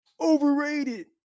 overrated